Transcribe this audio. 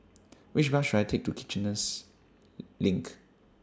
Which Bus should I Take to Kiichener LINK